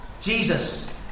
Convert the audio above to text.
Jesus